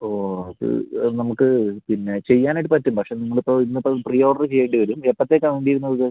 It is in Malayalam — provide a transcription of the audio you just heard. ഓ അത് നമുക്ക് പിന്നെ ചെയ്യാനായിട്ട് പറ്റും പക്ഷേ നമ്മളിപ്പോൾ ഇന്നിപ്പോൾ പ്രീ ഓർഡർ ചെയ്യേണ്ടിവരും എപ്പൊത്തേക്കാ വേണ്ടീരുന്നത്